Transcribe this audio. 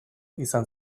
izan